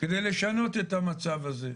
כדי לשנות את המצב הזה.